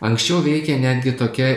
anksčiau veikė netgi tokia